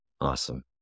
Awesome